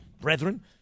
Brethren